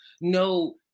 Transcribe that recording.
no